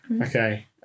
Okay